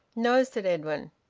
no, said edwin.